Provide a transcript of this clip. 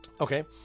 Okay